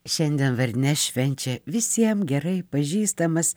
šiandien vardines švenčia visiem gerai pažįstamas